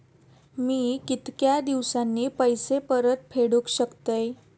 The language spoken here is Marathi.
मी कीतक्या दिवसांनी पैसे परत फेडुक शकतय?